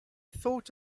thought